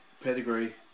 Pedigree